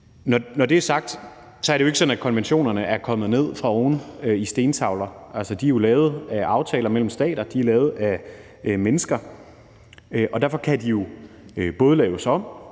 Når det er sagt, er det jo ikke sådan, at konventionerne er kommet ned fra oven på stentavler. Altså, de er jo kommet af aftaler mellem stater. De er lavet af mennesker. Derfor kan de laves om,